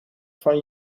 van